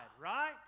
right